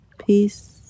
peace